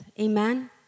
amen